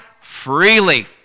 freely